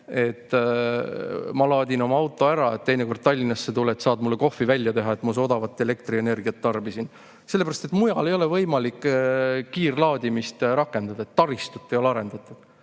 Ma laadin oma auto ära, teinekord, kui Tallinnasse tuled, saad mulle kohvi välja teha, et ma su odavat elektrienergiat tarbisin." Sellepärast et mujal ei ole võimalik kiirlaadimist rakendada, taristut ei ole arendatud.